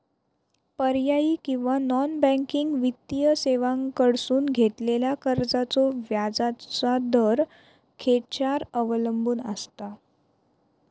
पर्यायी किंवा non banking वित्तीय सेवांकडसून घेतलेल्या कर्जाचो व्याजाचा दर खेच्यार अवलंबून आसता?